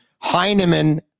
Heinemann